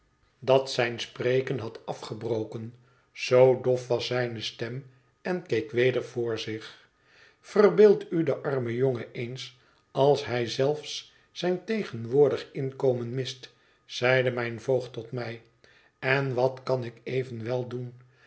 dat zijn spreken had afgebroken zoo dof was zijne stem en keek weder voor zich verbeeld u den armen jongen eens als hij zelfs zijn tegenwoordig inkomen mist zeide mijn voogd tot mij en wat kan ik evenwel doen